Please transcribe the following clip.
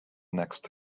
next